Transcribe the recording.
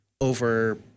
over